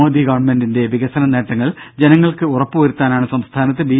മോദി ഗവൺമെന്റിന്റെ വികസന നേട്ടങ്ങൾ ജനങ്ങൾക്ക് ഉറപ്പ് വരുത്താനാണ് സംസ്ഥാനത്ത് ബി